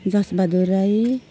Jasbahadur Rai